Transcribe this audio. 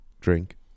drink